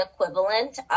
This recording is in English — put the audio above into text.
equivalent